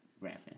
rapping